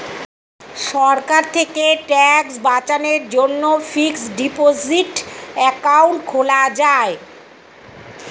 সরকার থেকে ট্যাক্স বাঁচানোর জন্যে ফিক্সড ডিপোসিট অ্যাকাউন্ট খোলা যায়